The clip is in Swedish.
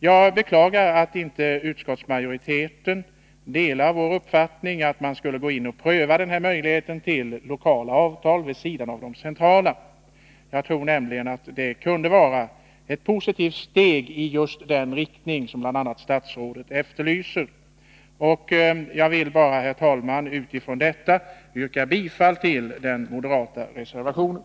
Jag beklagar att inte utskottsmajoriteten delar vår uppfattning, att man skall gå in och pröva denna möjlighet till lokala avtal vid sidan av de centrala. Jag tror att det kunde vara ett positivt steg i riktning mot just en sådan lösning som bl.a. statsrådet efterlyser. Jag vill, herr talman, utifrån detta yrka bifall till den moderata reservationen.